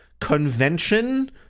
convention